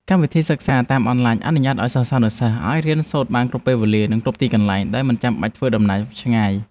កម្មវិធីសិក្សាតាមអនឡាញអនុញ្ញាតឱ្យសិស្សានុសិស្សអាចរៀនសូត្របានគ្រប់ពេលវេលា និងគ្រប់ទីកន្លែងដោយមិនចាំបាច់ធ្វើដំណើរឆ្ងាយ។